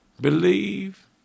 believe